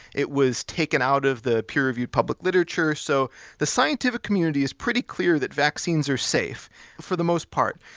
it was taken out of the peer reviewed public literature. so the scientific community is pretty clear that vaccines are safe for the most part.